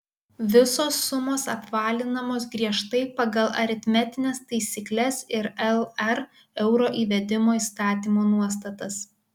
visos sumos apvalinamos griežtai pagal aritmetines taisykles ir lr euro įvedimo įstatymo nuostatas